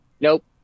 nope